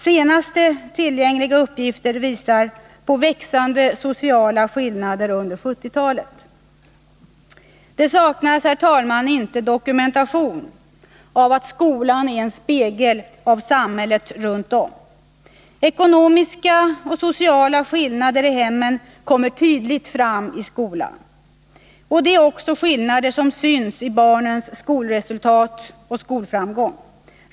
Senaste tillgängliga uppgifter visar på växande sociala skillnader under 1970-talet. Det saknas, herr talman, inte dokumentation om att skolan är en spegel av samhället runt om. Ekonomiska och sociala skillnader i hemmen kommer tydligt fram i skolan. Det är också skillnader som syns i barnens skolresultat och skolframgång.